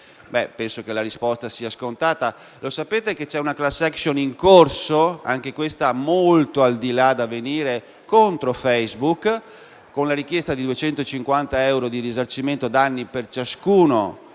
(penso che la risposta sia scontata). Lo sapete che c'è una *class action* in corso - anche questa molto al di là da venire - contro Facebook con la richiesta di 250 euro di risarcimento danni per ciascun